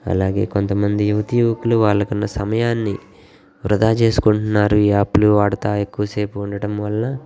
అలాగే కొంతమంది యువతి యువకులు వాళ్ళకు ఉన్న సమయాన్ని వృధా చేసుకుంటున్నారు ఈ యాప్లు వాడుతా ఎక్కువసేపు ఉండటం వల్ల